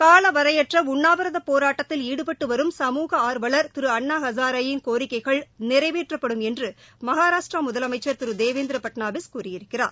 காலவரையற்ற உண்ணாவிரதப் போராட்டத்தில் ஈடுபட்டு வரும் சமூக ஆர்வல் திரு அன்னா அசாரே யின் கோரிக்கைகள் நிறைவேற்றப்படும் என்று மகாராஷ்டிரா முதலமைச்ச் திரு தேவேந்திர பட்நவிஸ் கூறியிருக்கிறார்